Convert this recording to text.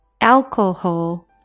alcohol